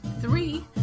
three